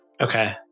Okay